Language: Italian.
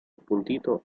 appuntito